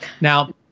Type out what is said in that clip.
Now